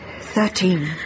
Thirteen